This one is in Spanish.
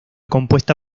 compuesta